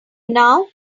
now